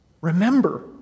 Remember